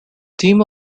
theme